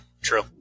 True